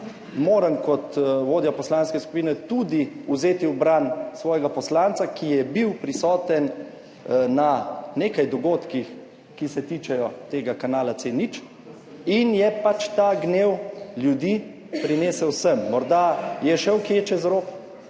tudi kot vodja poslanske skupine vzeti v bran svojega poslanca, ki je bil prisoten na nekaj dogodkih, ki se tičejo tega kanala C0, in je pač ta gnev ljudi prinesel sem. Morda je šel kje čez rob,